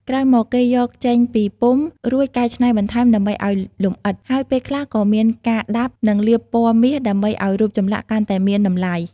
ក្រោយមក គេយកចេញពីពុម្ព រួចកែច្នៃបន្ថែមដើម្បីឱ្យលម្អិត ហើយពេលខ្លះក៏មានការដាប់ និងលាបពណ៌មាសដើម្បីឱ្យរូបចម្លាក់កាន់តែមានតម្លៃ។